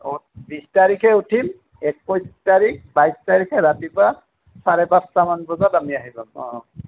অঁ বিছ তাৰিখে উঠিম একৈছ তাৰিখ বাইছ তাৰিখে ৰাতিপুৱা চাৰে পাঁচটামান বজাত আমি আহি পাম অঁ